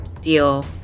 deal